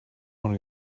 want